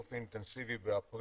באופן אינטנסיבי באפריל.